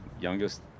youngest